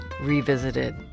revisited